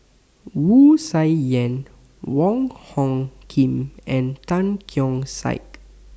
Wu Tsai Yen Wong Hung Khim and Tan Keong Saik